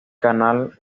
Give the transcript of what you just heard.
canal